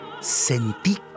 sentí